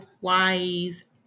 wise